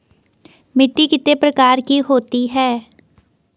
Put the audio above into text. मिट्टी कितने प्रकार की होती है?